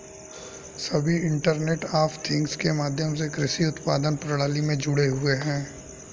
सभी internet of things के माध्यम से कृषि उत्पादन प्रणाली में जुड़े हुए हैं